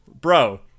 bro